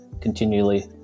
continually